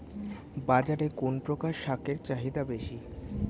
বাজারে কোন প্রকার শাকের চাহিদা বেশী?